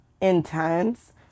intense